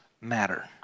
matter